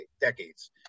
decades